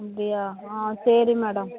அப்படியா ஆ சரி மேடம்